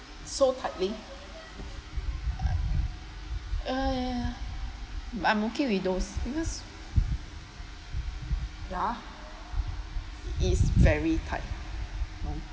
so tightly uh !aiya! but I'm okay with those because ya it is very tight